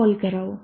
call કરાવો